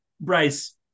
Bryce